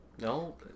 No